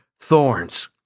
thorns